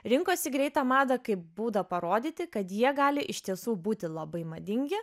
rinkosi greitą madą kaip būdą parodyti kad jie gali iš tiesų būti labai madingi